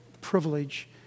privilege